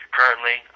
Currently